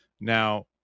Now